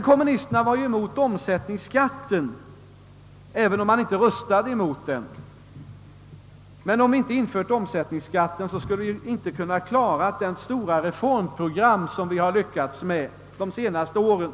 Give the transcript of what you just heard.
Kommunisterna var emellertid emot omsättningsskatten även om de inte röstade emot den. Men om vi inte hade infört omsättningsskatten skulle vi inte ha kunnat klara det stora reformprogram som vi lyckats med under de senaste åren.